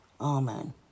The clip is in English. Amen